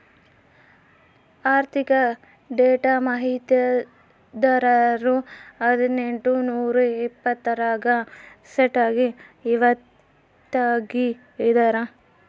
ಆರ್ಥಿಕ ಡೇಟಾ ಮಾಹಿತಿದಾರರು ಹದಿನೆಂಟು ನೂರಾ ಎಪ್ಪತ್ತರಾಗ ಸ್ಟಾರ್ಟ್ ಆಗಿ ಇವತ್ತಗೀ ಅದಾರ